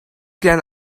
can